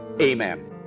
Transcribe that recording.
Amen